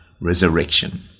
resurrection